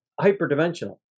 hyperdimensional